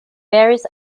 various